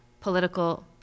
political